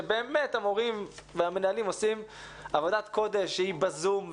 שבה המורים והמנהלים באמת עושים עבודת קודש בזום,